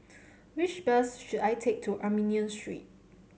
which bus should I take to Armenian Street